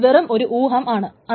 അത് വെറും ഒരു ഊഹം ആണ്